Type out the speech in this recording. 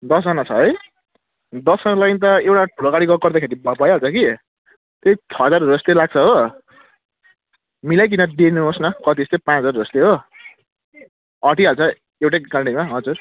दसजना छ है दसजनाको लागि त एउटा ठुलो गाडी ग गर्दाखेरि भयो भइहाल्छ कि त्यही छ हजारहरू जस्तै लाग्छ हो मिलाईकन दिनु होस् न कति जस्तै पाँच हजार जस्तै हो अँटिहाल्छ एउटै गाडीमा हजुर